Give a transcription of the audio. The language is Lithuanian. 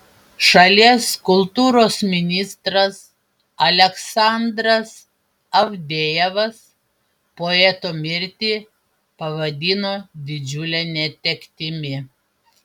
šalies kultūros ministras aleksandras avdejevas poeto mirtį pavadino didžiule netektimi